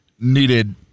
needed